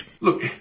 Look